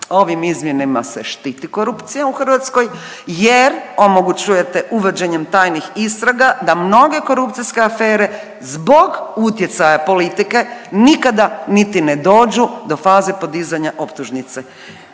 Ovim izmjenama se štiti korupcija u Hrvatskoj je omogućujete uvođenjem tajnih istraga da mnoge korupcijske afere zbog utjecaja politike nikada niti ne dođu do faze podizanja optužnice.